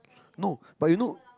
no but you know